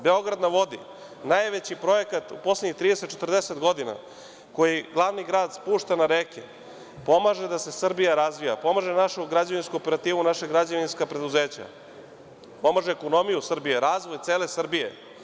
Beograd na vodi“, najveći projekat u poslednjih 30, 40 godina, koji glavni grad spušta na reke, pomaže da se Srbija razvija, pomaže našu građevinsku operativu, naša građevinska preduzeća, pomaže ekonomiju Srbije, razvoj cele Srbije.